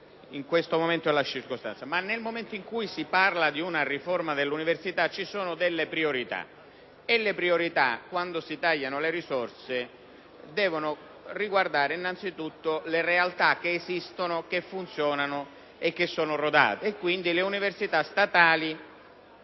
in questo momento la circostanza, ma nel momento in cui si parla di una riforma dell'università ci sono delle priorità, e le priorità, quando si tagliano le risorse, devono riguardare innanzi tutto le realtà che esistono, che funzionano e che sono rodate, e quindi le università statali.